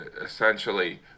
essentially